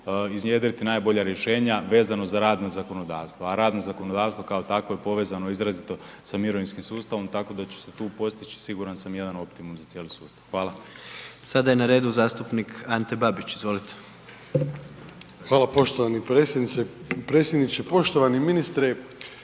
iznjedriti najbolja rješenja vezano za radna zakonodavstva. A radno zakonodavstvo kao takvo je povezano izrazito sa mirovinskim sustavom tako da će se tu postići siguran sam jedan optimum za cijeli sustav. Hvala. **Jandroković, Gordan (HDZ)** Sada je na redu zastupnik Ante Babić. Izvolite. **Babić, Ante (HDZ)** Hvala poštovani predsjedniče. Poštovani ministre